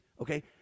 okay